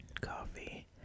Coffee